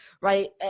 right